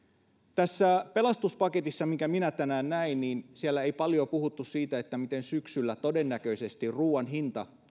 tässä pelastuspaketissa minkä minä tänään näin ei paljoa puhuttu siitä miten syksyllä todennäköisesti ruoan hinta